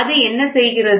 அது என்ன செய்கிறது